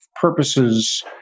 purposes